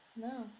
No